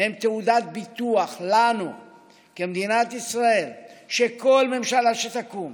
הם תעודת ביטוח לנו כמדינת ישראל שכל ממשלה שתקום,